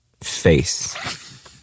face